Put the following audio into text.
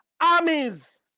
armies